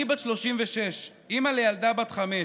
אני בת 36, אימא לילדה בת חמש